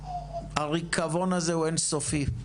הריקבון הזה הוא אינסופי,